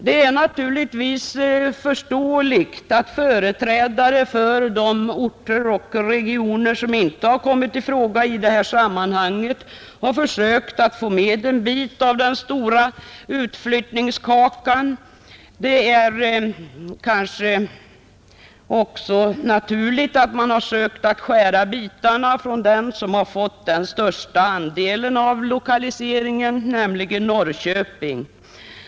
Det är förståeligt att företrädare för de orter och regioner som inte har kommit i fråga i detta sammanhang har försökt att få en bit av den stora utflyttningskakan. Det är kanske också naturligt att man har försökt skära bitarna från den som har fått den största tilldelningen vid lokaliseringen, nämligen Norrköping.